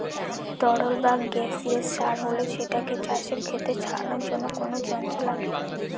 তরল বা গাসিয়াস সার হলে সেটাকে চাষের খেতে ছড়ানোর জন্য কোনো যন্ত্র লাগে